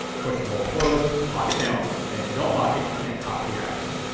push the bolt closed lock it down, and if you don't lock it you can't cock the action.